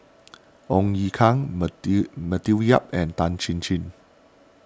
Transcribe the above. Ong Ye Kung Matthew Yap and Tan Chin Chin